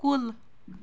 کُل